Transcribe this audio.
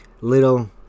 Little